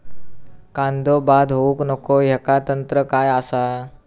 कांदो बाद होऊक नको ह्याका तंत्र काय असा?